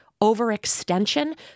overextension